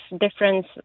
difference